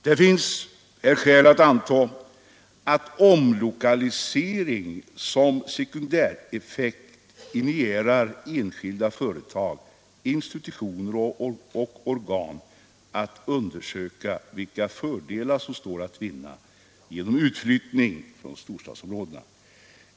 Det finns skäl anta att omlokaliseringen som sekundäreffekt initierar enskilda företag, institutioner och organ att undersöka vilka fördelar som står att vinna genom utflyttning från storstadsområdena.